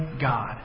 God